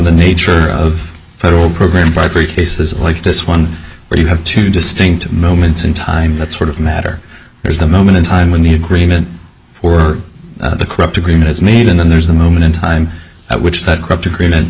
the nature of federal program by three cases like this one where you have two distinct moments in time that sort of matter there's a moment in time when the agreement for the corrupt agreement is made and then there's a moment in time at which that corrupt agreement